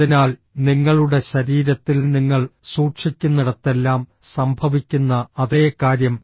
അതിനാൽ നിങ്ങളുടെ ശരീരത്തിൽ നിങ്ങൾ സൂക്ഷിക്കുന്നിടത്തെല്ലാം സംഭവിക്കുന്ന അതേ കാര്യം